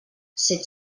set